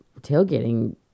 tailgating